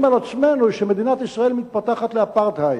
על עצמנו שמדינת ישראל מתפתחת לאפרטהייד.